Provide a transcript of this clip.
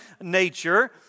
nature